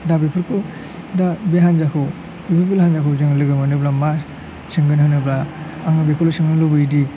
दा बेफोरखौ दा बे हान्जाखौ इउपिपिएल हान्जाखौ जों लोगो मोनोब्ला मा सोंगोन होनोब्ला आङो बेखौल' सोंनो लुबैयोदि